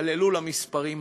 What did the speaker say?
צללו למספרים עצמם.